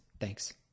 Thanks